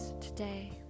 today